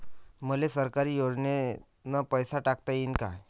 मले सरकारी योजतेन पैसा टाकता येईन काय?